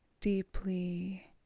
deeply